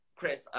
Chris